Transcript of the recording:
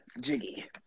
Jiggy